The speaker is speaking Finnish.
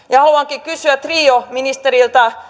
haluankin kysyä trioministeri